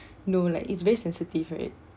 no like it's very sensitive right